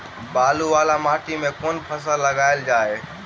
बालू वला माटि मे केँ फसल लगाएल जाए?